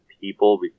people